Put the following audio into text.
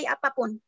Apapun